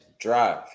drive